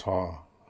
छ